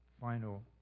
final